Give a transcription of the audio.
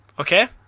Okay